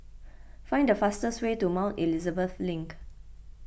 find the fastest way to Mount Elizabeth Link